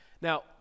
Now